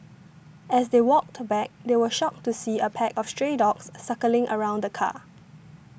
as they walked back they were shocked to see a pack of stray dogs circling around the car